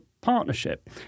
partnership